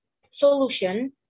solution